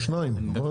הם שניים, נכון?